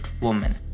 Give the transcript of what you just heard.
woman